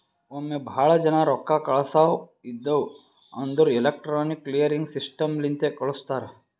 ಒಮ್ಮೆ ಭಾಳ ಜನಾ ರೊಕ್ಕಾ ಕಳ್ಸವ್ ಇದ್ಧಿವ್ ಅಂದುರ್ ಎಲೆಕ್ಟ್ರಾನಿಕ್ ಕ್ಲಿಯರಿಂಗ್ ಸಿಸ್ಟಮ್ ಲಿಂತೆ ಕಳುಸ್ತಾರ್